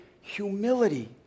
humility